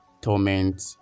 torment